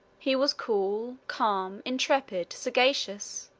he was cool, calm, intrepid, sagacious.